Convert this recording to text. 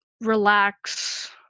relax